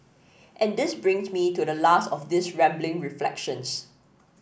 and this brings me to the last of these rambling reflections